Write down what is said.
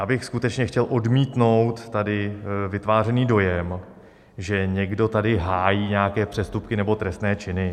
Já bych skutečně chtěl odmítnout tady vytvářený dojem, že někdo tady hájí nějaké přestupky nebo trestné činy.